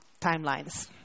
timelines